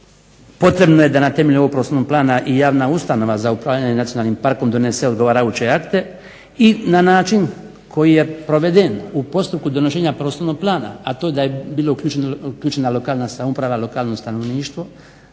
potrebno je da na temelju ovog Prostornog plana i javna ustanova za upravljanje nacionalnim parkom donese odgovarajuće akte, i na način koji je proveden u postupku donošenja prostornog plana, a to da je bila uključena lokalna samouprava, lokalno stanovništvo,